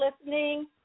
listening